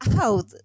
out